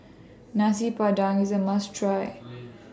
Nasi Padang IS A must Try